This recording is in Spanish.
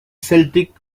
celtic